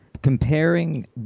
Comparing